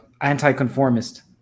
anti-conformist